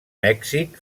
mèxic